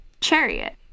chariot